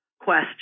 question